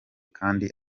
kandi